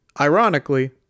ironically